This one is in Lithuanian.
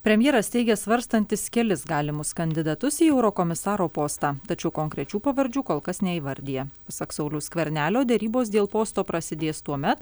premjeras teigia svarstantis kelis galimus kandidatus į eurokomisaro postą tačiau konkrečių pavardžių kol kas neįvardija pasak sauliaus skvernelio derybos dėl posto prasidės tuomet